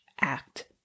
act